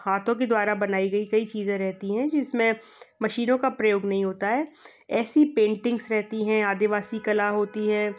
हाथों के द्वारा बनाई गई कई चीज़ें रहती हैं जिस में मशीनों का प्रयोग नहीं होता है ऐसी पेंटिंग्स रहती हैं आदिवासी कला होती है